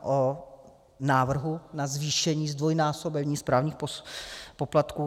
O návrhu na zvýšení, zdvojnásobení správních poplatků?